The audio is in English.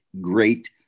great